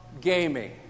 gaming